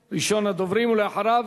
8512, 8532, 8534, 8536 ו-8543.